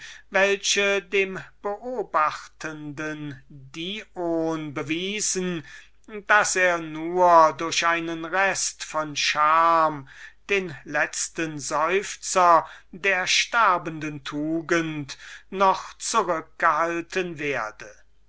welche dem beobachtenden dion bewiesen daß er nur noch durch einen rest von scham dem letzten seufzer der ersterbenden tugend zurückgehalten werde